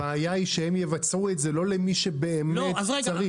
הבעיה היא שהם יבצעו את זה לא למי שבאמת צריך,